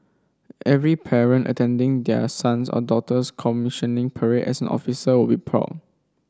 every parent attending their sons or daughter's commissioning parade as an officer would be proud